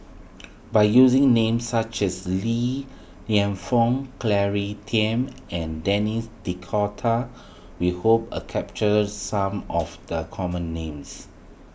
by using names such as Li Lienfung Claire Tiam and Denis D'Cotta we hope a capture some of the common names